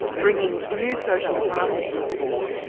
bringing new social classes to the fore.